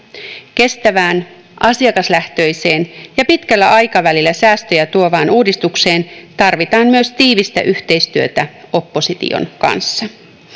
kestävään asiakaslähtöiseen ja pitkällä aikavälillä säästöjä tuovaan uudistukseen tarvitaan myös tiivistä yhteistyötä opposition kanssa